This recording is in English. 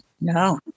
no